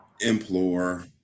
implore